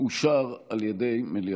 נתקבל.